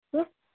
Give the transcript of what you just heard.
ହୁଁ